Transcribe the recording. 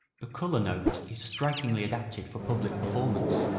the color note is strikingly adapted for public performance,